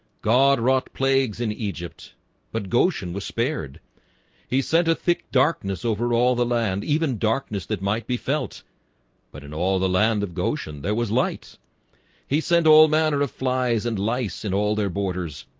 god wrought plagues in egypt but goshen was spared he sent a thick darkness over all the land even darkness that might be felt but in all the land of goshen, there was lights he sent all manner of flies and lice in all their borders,